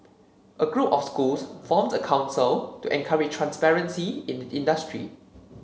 a group of schools formed a council to encourage transparency in the industry